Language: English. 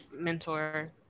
mentor